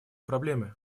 проблемы